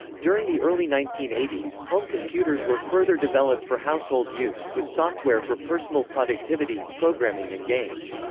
during the early nineteen eighty s, home computers were further developed for household use, with software for personal productivity, programming and games.